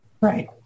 Right